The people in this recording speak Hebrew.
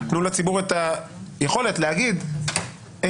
אז תנו לציבור את היכולת להגיד איזה